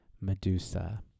Medusa